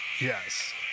Yes